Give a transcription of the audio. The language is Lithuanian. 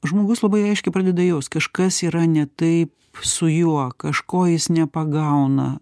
žmogus labai aiškiai pradeda jaust kažkas yra ne taip su juo kažko jis nepagauna